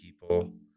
people